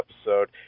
episode